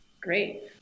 Great